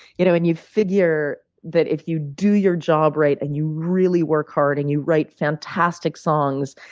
you know and you figure that, if you do your job right, and you really work hard, and you write fantastic songs,